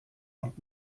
und